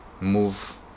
move